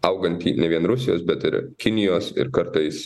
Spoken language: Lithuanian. augantį ne vien rusijos bet ir kinijos ir kartais